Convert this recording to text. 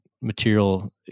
material